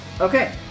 Okay